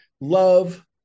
love